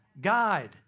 guide